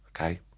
okay